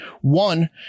one